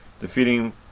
defeating